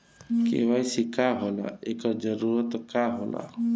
KYC का होला एकर जरूरत का होला?